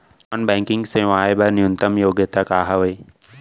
Non banking सेवाएं बर न्यूनतम योग्यता का हावे?